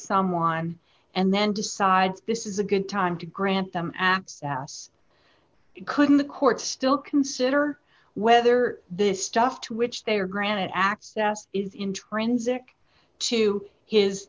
someone and then decides this is a good time to grant them access couldn't the court still consider whether this stuff to which they are granted access is intrinsic to his